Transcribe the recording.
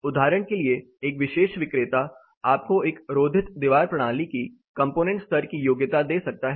उदाहरण के लिए एक विशेष विक्रेता आपको एक रोधित दीवार प्रणाली की कंपोनेंट स्तर की योग्यता दे सकता है